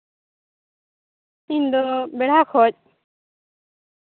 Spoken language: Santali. ᱤᱧ ᱫᱚ ᱵᱮᱲᱦᱟ ᱠᱷᱚᱡ